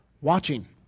watching